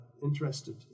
Interested